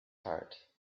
heart